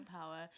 power